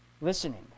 Listening